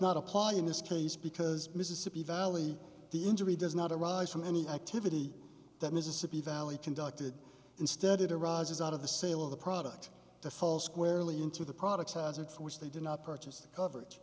not apply in this case because mississippi valley the injury does not arise from any activity that mississippi valley conducted instead it arises out of the sale of the product to fall squarely into the products hazard for which they did not purchase the coverage